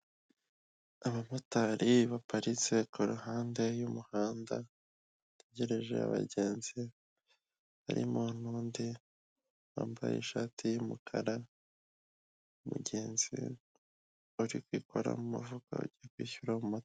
Abamotari baparitse kuruhande y'umuhanda bategereje abagenzi harimo n'undi wambaye ishati y'umukara, umugenzi uri kwikora mu mufuka ajya kwishyura motari.